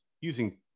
using